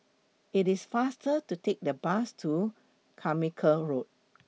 IT IS faster to Take The Bus to Carmichael Road